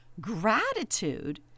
Gratitude